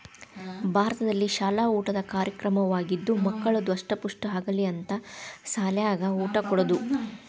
ಭಾರತದಲ್ಲಿಶಾಲ ಊಟದ ಕಾರ್ಯಕ್ರಮವಾಗಿದ್ದು ಮಕ್ಕಳು ದಸ್ಟಮುಷ್ಠ ಆಗಲಿ ಅಂತ ಸಾಲ್ಯಾಗ ಊಟ ಕೊಡುದ